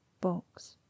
box